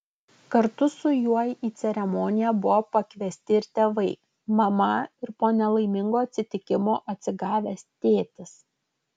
kartu su juo į ceremoniją buvo pakviesti ir tėvai mama ir po nelaimingo atsitikimo atsigavęs tėtis